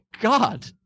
God